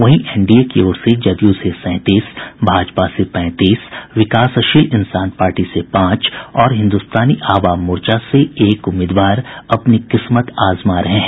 वहीं एनडीए की ओर से जदयू से सैंतीस भाजपा से पैंतीस विकासशील इंसान पार्टी से पांच और हिन्दुस्तानी आवाम मोर्चा से एक उम्मीदवार अपनी किस्मत आजमा रहे हैं